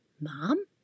mom